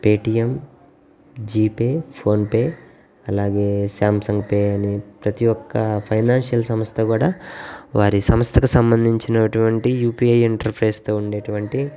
Paytm GPay PhonePe అలాగే Samsung Pay అని ప్రతి ఒక్క ఫైనాన్షియల్ సంస్థ కూడా వారి సంస్థకు సంబంధించినటువంటి యూపీఐ ఇంటర్ఫేస్తో ఉండేటువంటి